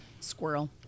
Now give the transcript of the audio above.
Squirrel